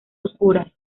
oscuras